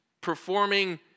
performing